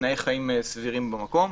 תנאי חיים סבירים במקום.